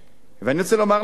ואני רוצה לומר לכם,